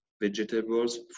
vegetables